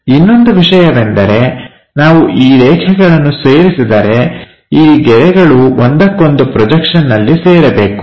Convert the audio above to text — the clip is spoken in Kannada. ಇನ್ನೊಂದು ವಿಷಯವೆಂದರೆ ನಾವು ಈ ರೇಖೆಗಳನ್ನು ಸೇರಿಸಿದರೆ ಈ ಗೆರೆಗಳು ಒಂದಕ್ಕೊಂದು ಪ್ರೊಜೆಕ್ಷನ್ನಲ್ಲಿ ಸೇರಬೇಕು